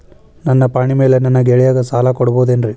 ನನ್ನ ಪಾಣಿಮ್ಯಾಲೆ ನನ್ನ ಗೆಳೆಯಗ ಸಾಲ ಕೊಡಬಹುದೇನ್ರೇ?